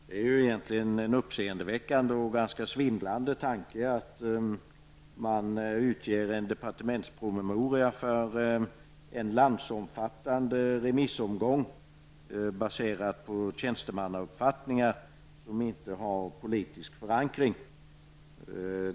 Det är egentligen en uppseendeväckande och ganska svindlande tanke att man utger en departementspromemoria för en landsomfattande remissomgång baserad på tjänstemannauppfattningar som inte har politisk förankring.